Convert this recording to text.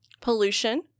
Pollution